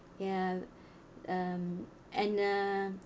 ya um and uh